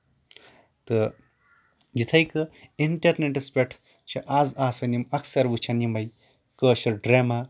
تہٕ یِتھٕے کٲٹھۍ اِنٹرنیٹَس پٮ۪ٹھ چھِ آز آسان یِم اَکثر وُچھان یِمے کٲشِر ڈرامہ